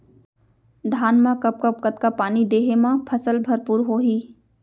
धान मा कब कब कतका पानी देहे मा फसल भरपूर होही?